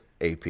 AP